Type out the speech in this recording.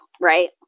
right